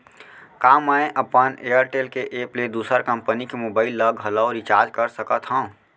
का मैं अपन एयरटेल के एप ले दूसर कंपनी के मोबाइल ला घलव रिचार्ज कर सकत हव?